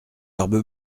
barbe